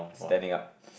standing up